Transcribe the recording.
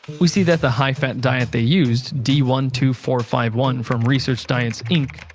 we see that the high-fat diet they used d one two four five one from research diets inc,